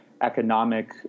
economic